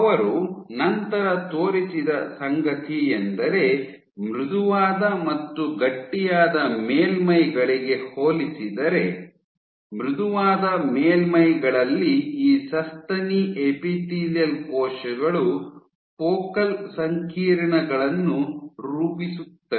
ಅವರು ನಂತರ ತೋರಿಸಿದ ಸಂಗತಿಯೆಂದರೆ ಮೃದುವಾದ ಮತ್ತು ಗಟ್ಟಿಯಾದ ಮೇಲ್ಮೈಗಳಿಗೆ ಹೋಲಿಸಿದರೆ ಮೃದುವಾದ ಮೇಲ್ಮೈಗಳಲ್ಲಿ ಈ ಸಸ್ತನಿ ಎಪಿಥೇಲಿಯಲ್ ಕೋಶಗಳು ಫೋಕಲ್ ಸಂಕೀರ್ಣಗಳನ್ನು ರೂಪಿಸುತ್ತವೆ